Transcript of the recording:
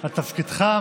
על תפקידך.